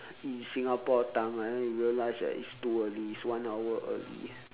in singapore time lah then you realize that it's too early it's one hour early